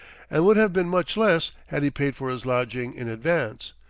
and would have been much less had he paid for his lodging in advance.